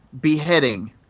beheading